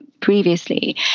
previously